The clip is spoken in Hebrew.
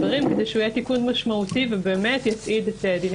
דברים כדי שיהיה תיקון משמעותי ויצעיד את דיני